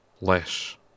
less